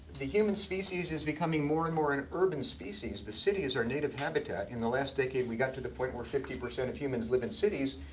the human species is becoming more and more an urban species. the city is our native habitat. in the last decade, we got to the point where fifty percent of humans live in cities,